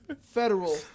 federal